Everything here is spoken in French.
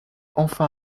enfin